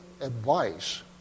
advice